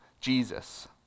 Jesus